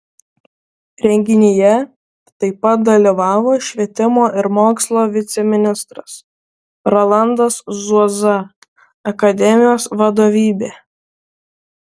renginyje taip pat dalyvavo švietimo ir mokslo viceministras rolandas zuoza akademijos vadovybė